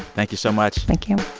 thank you so much thank you